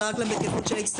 אלא רק לבטיחות של האצטדיון.